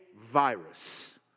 virus